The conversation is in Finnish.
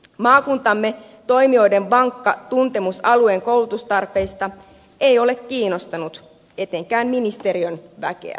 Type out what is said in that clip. maakuntamme toimijoiden vankka tuntemus alueen koulutustarpeista ei ole kiinnostanut etenkään ministeriön väkeä